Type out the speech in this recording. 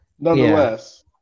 nonetheless